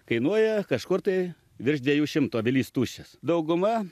kainuoja kažkur tai virš dviejų šimtų avilys tuščias dauguma